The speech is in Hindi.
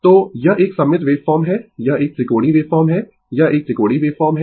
तो यह एक सममित वेवफॉर्म है यह एक त्रिकोणीय वेवफॉर्म है यह एक त्रिकोणीय वेवफॉर्म है